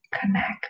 connect